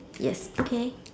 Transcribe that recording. yes okay